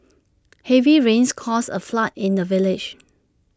heavy rains caused A flood in the village